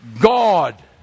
God